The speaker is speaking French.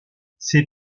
ses